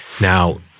Now